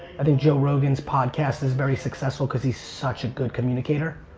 i think joe rogan's podcast is very successful because he's such a good communicator.